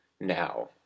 now